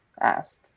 asked